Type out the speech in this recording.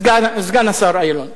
סגן השר אילון,